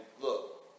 look